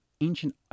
ancient